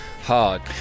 hard